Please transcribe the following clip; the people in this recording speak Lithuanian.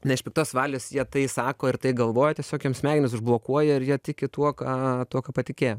ne iš piktos valios jie tai sako ir tai galvoja tiesiog jiem smegenis užblokuoja ir jie tiki tuo ką tokio patikėjo